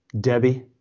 Debbie